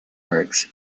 works